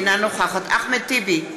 אינה נוכחת אחמד טיבי,